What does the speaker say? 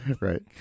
Right